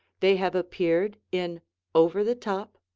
they have appeared in over the top,